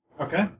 Okay